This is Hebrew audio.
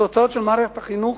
התוצאות של מערכת החינוך,